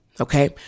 Okay